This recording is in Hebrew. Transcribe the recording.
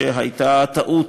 שזו הייתה טעות,